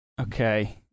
Okay